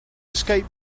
escape